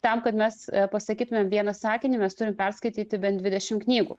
tam kad mes pasakytumėm vieną sakinį mes turim perskaityti bent dvidešim knygų